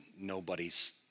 nobody's